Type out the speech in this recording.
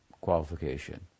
qualification